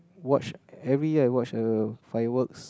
watch every year I watch uh fireworks